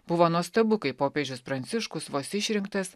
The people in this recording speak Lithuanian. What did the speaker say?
buvo nuostabu kai popiežius pranciškus vos išrinktas